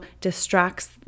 distracts